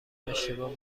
اشتباه